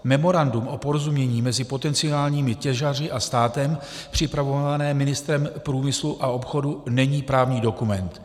Memorandum o porozumění mezi potenciálními těžaři a státem připravované ministrem průmyslu a obchodu není právní dokument.